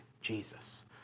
Jesus